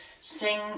sing